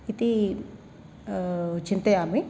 इति चिन्तयामि